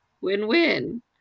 Win-win